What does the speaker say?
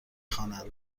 خوانند